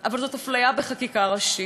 אנחנו מכירים אפליה במדינת ישראל, אבל